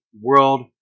World